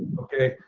okay,